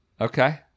Okay